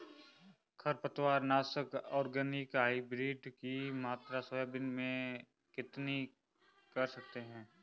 खरपतवार नाशक organic hybrid की मात्रा सोयाबीन में कितनी कर सकते हैं?